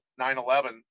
9-11